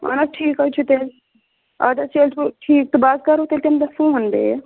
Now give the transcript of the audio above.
اَہن حظ ٹھیٖک حظ چھُ تیٚلہِ اَدٕ حظ تیٚلہِ ٹھیٖک تہٕ بہٕ حظ کَرو تیٚلہِ تَمہِ دۄہ فون بیٚیہِ